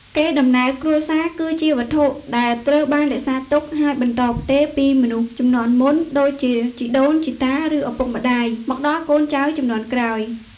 កេរដំណែលគ្រួសារ គឺជាវត្ថុដែលត្រូវបានរក្សាទុក ហើយបន្តផ្ទេរពីមនុស្សជំនាន់មុន ដូចជាជីដូនជីតា ឬឪពុកម្ដាយ មកដល់កូនចៅជំនាន់ក្រោយ។